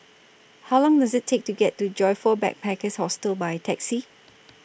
How Long Does IT Take to get to Joyfor Backpackers' Hostel By Taxi